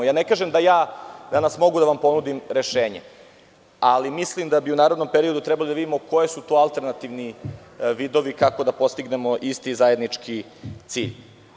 Ne kažem da danas mogu da vam ponudim rešenje, ali mislim da bi u narednom periodu trebali da vidimo koji su to alternativni vidovi kako da postignemo isti zajednički cilj.